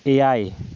ᱮᱭᱟᱭ